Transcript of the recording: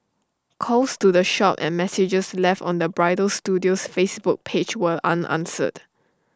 calls to the shop and messages left on the bridal studio's Facebook page were unanswered